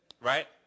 Right